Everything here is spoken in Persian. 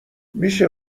میشه